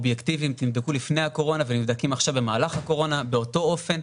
הם נבדקו לפני הקורונה והם נבדקים עכשיו במהלך הקורונה באותו אופן,